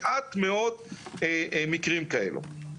מעט מאוד מקרים כאלו.